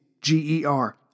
G-E-R